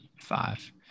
five